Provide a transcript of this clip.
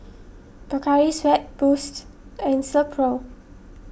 Pocari Sweat Boost and Silkpro